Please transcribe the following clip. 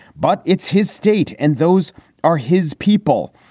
but it's his state and those are his people.